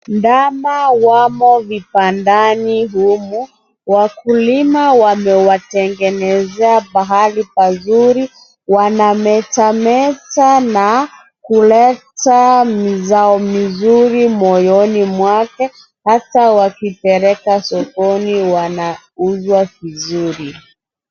Ndama wamo vibandani humu. Wakulima wamewatengenezea pahali pazuri. Wanametameta na kuleta mizao mizuri moyoni mwake, hasa wakipelekwa sokoni wanauzwa vizuri.